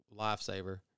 lifesaver